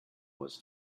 was